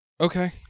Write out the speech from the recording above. Okay